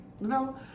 No